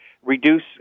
Reduce